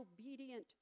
obedient